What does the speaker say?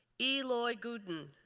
eloy guten,